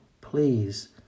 please